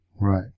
Right